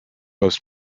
most